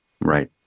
Right